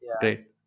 great